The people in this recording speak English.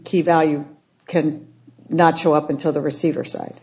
key value can not show up until the receiver side